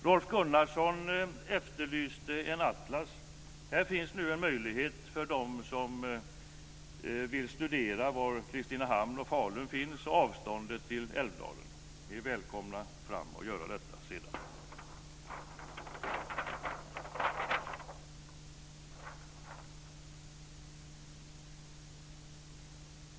Rolf Gunnarsson efterlyste en atlas. Här finns nu en möjlighet för dem som vill att studera var Kristinehamn och Falun ligger och avståndet till Älvdalen. Ni är välkomna fram och göra detta sedan.